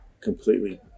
completely